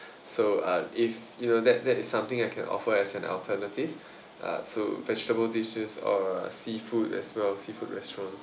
so uh if you know that that is something I can offer as an alternative uh so vegetable dishes or seafood as well seafood restaurants